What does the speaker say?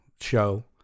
show